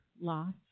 loss